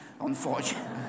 Unfortunately